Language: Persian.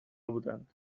بودند